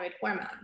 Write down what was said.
hormone